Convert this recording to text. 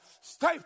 Stay